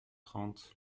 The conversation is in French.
trente